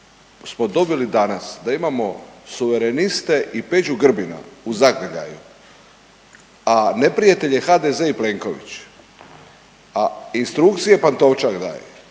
smo dobili danas da imamo Suvereniste i Peđu Grbina u zagrljaju, a neprijatelj je HDZ i Plenković, a instrukcije Pantovčak daje.